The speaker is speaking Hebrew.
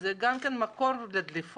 זה גם כן מקור לדליפות,